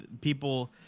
people